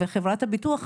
וחברת הביטוח אמרה,